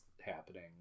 happening